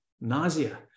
nausea